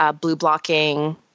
blue-blocking